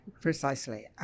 precisely